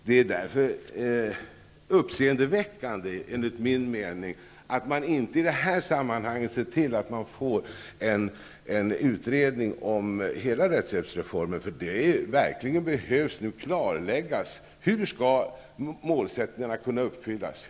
Det är därför enligt min mening uppseendeväckande att man inte i detta sammanhang har sett till att få en utredning om hela rättshjälpsreformen. Det behövs nu verkligen klarläggas hur målsättningarna skall kunna uppfyllas.